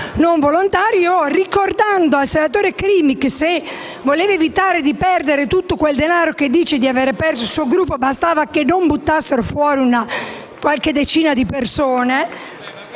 non volontario, io, ricordando al senatore Crimi che, se voleva evitare di perdere tutto quel denaro che dice aver perso il suo Gruppo, bastava che non buttasse fuori qualche decina di persone.